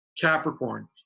Capricorn